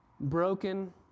broken